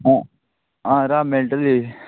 आं आं राव मेळटली